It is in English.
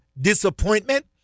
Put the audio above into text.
disappointment